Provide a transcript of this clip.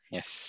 Yes